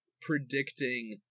predicting